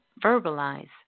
verbalize